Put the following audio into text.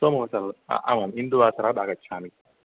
सोमवासर आमाम् इन्दुवासरात् आगच्छामि